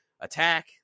attack